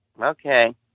Okay